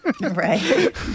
Right